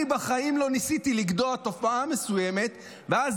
אני בחיים לא ניסיתי לגדוע תופעה מסוימת ואז